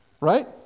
Right